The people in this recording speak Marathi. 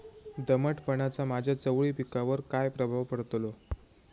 दमटपणाचा माझ्या चवळी पिकावर काय प्रभाव पडतलो?